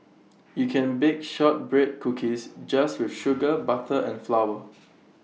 you can bake Shortbread Cookies just with sugar butter and flour